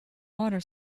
water